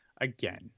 again